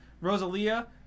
Rosalia